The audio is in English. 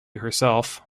herself